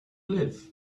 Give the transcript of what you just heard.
live